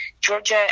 Georgia